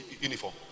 uniform